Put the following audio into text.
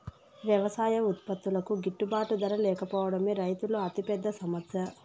వ్యవసాయ ఉత్పత్తులకు గిట్టుబాటు ధర లేకపోవడమే రైతుల అతిపెద్ద సమస్య